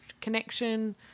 connection